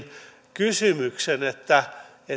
kysymyksen